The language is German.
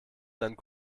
seinen